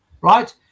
right